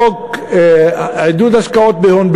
חוק עידוד השקעות הון,